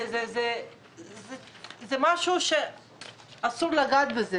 זה משהו שאסור לגעת בו,